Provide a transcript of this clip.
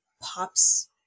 pops